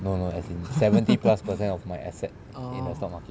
no no as in seventy plus per cent of my asset in the stock market